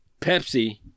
Pepsi